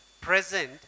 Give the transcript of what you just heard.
present